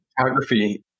photography